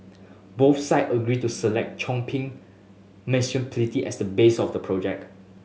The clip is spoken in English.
both side agreed to select Chongping Municipality as the base of the project